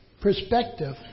perspective